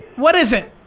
what is it?